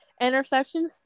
Interceptions